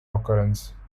occurrence